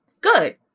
good